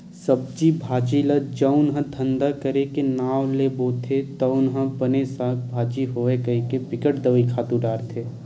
सब्जी भाजी ल जउन ह धंधा करे के नांव ले बोथे तउन ह बने साग भाजी होवय कहिके बिकट दवई, खातू डारथे